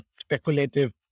speculative